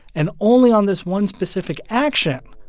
and only on this one specific action,